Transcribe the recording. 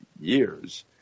years